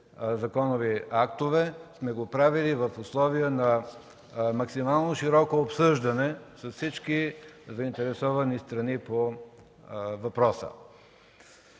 законови актове, сме го правили в условия на максимално широко обсъждане с всички заинтересовани страни по въпроса.